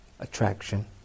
Attraction